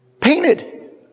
Painted